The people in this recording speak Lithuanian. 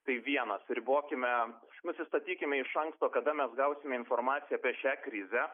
tai vienas ribokime nusistatykime iš anksto kada mes gausime informaciją apie šią krizę